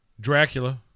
dracula